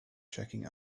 checking